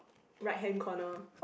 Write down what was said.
right hand corner